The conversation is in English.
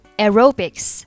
Aerobics